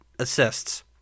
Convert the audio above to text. assists